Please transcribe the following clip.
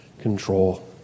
control